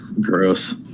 gross